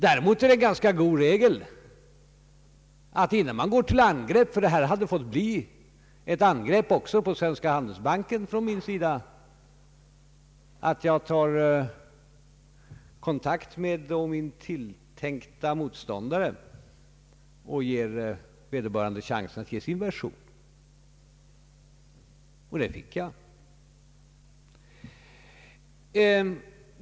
Däremot är det en ganska god regel att man, innan man går till angrepp — här hade det också fått bli ett angrepp från mig mot Svenska handelsbanken — tar kontakt med sin tilltänkte motståndare och ger vederbörande chansen att ge sin version. Det gjorde jag också.